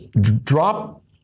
drop